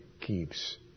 keeps